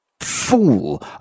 fool